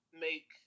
make